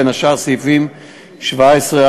בין השאר סעיפים 17א,